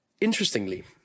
Interestingly